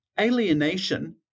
alienation